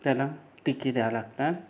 त्याला टिके द्यावे लागतात